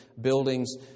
buildings